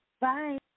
Bye